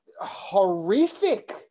horrific